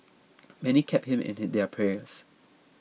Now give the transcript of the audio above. many kept him in their prayers